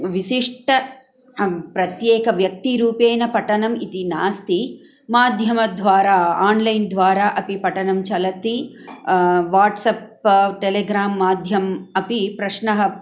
विशिष्ट प्रत्येकव्यक्तिरूपेण पठनम् इति नास्ति माध्यमद्वारा आन्लैन् द्वारा अपि पठनं चलति वाट्सप् टेलिग्राम् माध्यमे अपि प्रश्नः